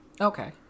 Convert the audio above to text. Okay